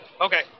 Okay